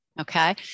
Okay